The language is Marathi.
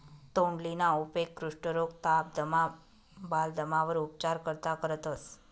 तोंडलीना उपेग कुष्ठरोग, ताप, दमा, बालदमावर उपचार करता करतंस